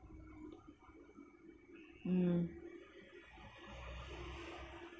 mm